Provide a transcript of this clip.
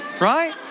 Right